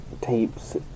tapes